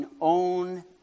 own